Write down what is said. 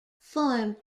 formed